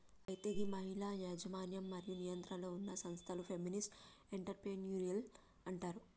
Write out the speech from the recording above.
అయితే గీ మహిళల యజమన్యం మరియు నియంత్రణలో ఉన్న సంస్థలను ఫెమినిస్ట్ ఎంటర్ప్రెన్యూరిల్ అంటారు